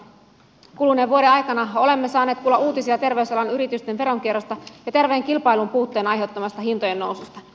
kuluneen vuoden aikana olemme saaneet kuulla uutisia terveysalan yritysten veronkierrosta ja terveen kilpailun puutteen aiheuttamasta hintojen noususta